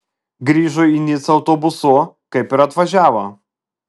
grįžo į nicą autobusu kaip ir atvažiavo